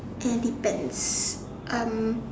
and depends um